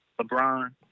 LeBron